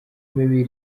mibi